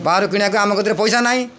ବାହାରୁ କିଣିବାକୁ ଆମ କତିରେ ପଇସା ନାହିଁ